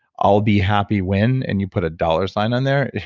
i'll be happy when, and you put a dollar sign on there,